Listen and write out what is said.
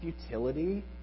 futility